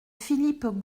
philippe